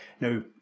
Now